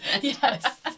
Yes